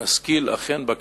אכן נשכיל בכנסת